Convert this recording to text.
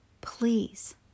Please